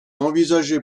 envisagé